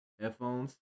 headphones